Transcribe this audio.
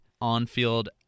on-field